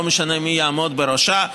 לא משנה מי יעמוד בראשה,